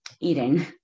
eating